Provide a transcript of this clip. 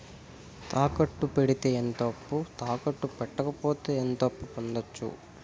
తాకట్టు పెడితే ఎంత అప్పు, తాకట్టు పెట్టకపోతే ఎంత అప్పు పొందొచ్చు?